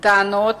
טענות